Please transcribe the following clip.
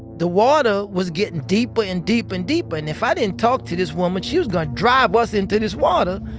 the water was getting deeper and deeper and deeper. and if i didn't talk to this woman, she was gonna drive us into this water.